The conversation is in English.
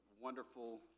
wonderful